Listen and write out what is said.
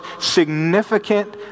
significant